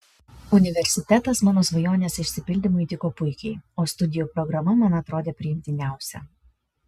universitetas mano svajonės išsipildymui tiko puikiai o studijų programa man atrodė priimtiniausia